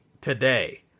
today